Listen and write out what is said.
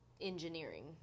engineering